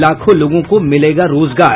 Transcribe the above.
लाखों लोगों को मिलेगा रोजगार